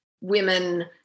women